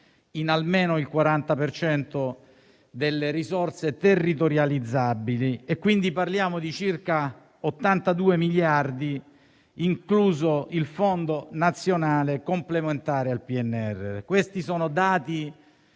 in almeno il 40 per cento delle risorse territorializzabili e, quindi, parliamo di circa 82 miliardi, incluso il Fondo nazionale complementare al PNRR. Questi sono dati